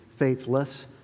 Faithless